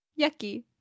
yucky